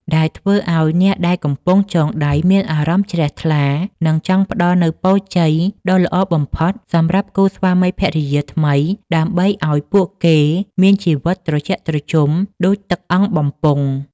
ដែលធ្វើឱ្យអ្នកដែលកំពុងចងដៃមានអារម្មណ៍ជ្រះថ្លា និងចង់ផ្តល់នូវពរជ័យដ៏ល្អបំផុតសម្រាប់គូស្វាមីភរិយាថ្មី ដើម្បីឱ្យពួកគេមានជីវិតត្រជាក់ត្រជុំដូចទឹកអង្គបំពង់។